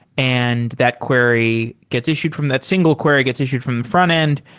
and that query gets issued from that single query gets issued from the frontend,